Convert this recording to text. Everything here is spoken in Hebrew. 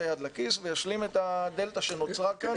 היד לכיס וישלים את הדלתא שנוצרה כאן.